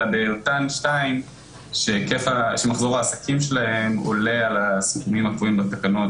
אלא באותן שתיים שמחזור העסקים שלהן עולה על הסכומים הקבועים בתקנות,